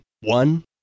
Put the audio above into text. One